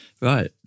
Right